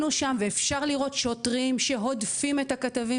ואפשר לראות שם שוטרים שהודפים את הכתבים